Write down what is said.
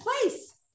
place